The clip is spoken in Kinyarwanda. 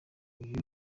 uyu